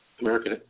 American